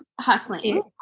hustling